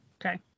okay